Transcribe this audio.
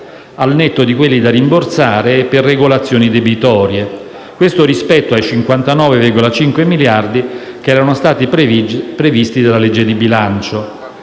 al netto di quelli da rimborsare e per regolazioni debitorie, rispetto ai 59,5 miliardi previsti dalla legge di bilancio.